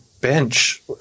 bench